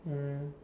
mm